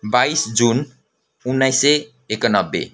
बाइस जुन उन्नाइस सय एकनब्बे